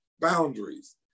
boundaries